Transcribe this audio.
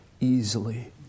easily